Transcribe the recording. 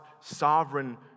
sovereign